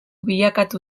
bilakatu